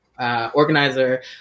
Organizer